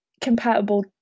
compatible